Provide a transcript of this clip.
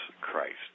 Christ